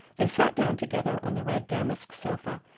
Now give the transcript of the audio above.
they sat down together on the red damask sofa,